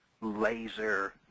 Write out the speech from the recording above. laser